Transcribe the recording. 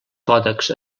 còdecs